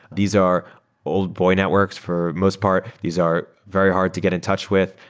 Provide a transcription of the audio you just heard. these are old boy networks for most part. these are very hard to get in touch with.